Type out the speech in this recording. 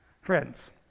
Friends